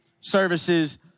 services